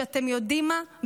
שאתם יודעים מה,